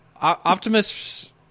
Optimus